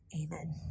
amen